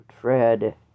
tread